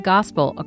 Gospel